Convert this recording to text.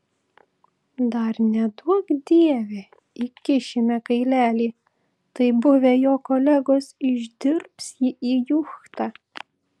dar neduok dieve įkišime kailelį tai buvę jo kolegos išdirbs jį į juchtą